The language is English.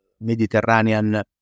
Mediterranean